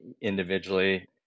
individually